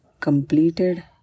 completed